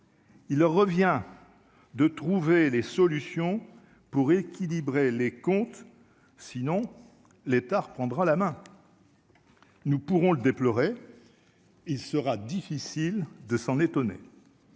Il leur revient de trouver des solutions pour équilibrer les comptes, sinon l'État reprendra la main, nous pourrons le déplorer, il sera difficile de s'en étonner.